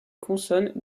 consonnes